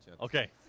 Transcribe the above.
Okay